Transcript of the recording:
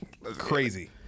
Crazy